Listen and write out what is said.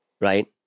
right